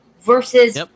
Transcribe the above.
versus